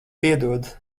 piedod